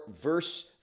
verse